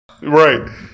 Right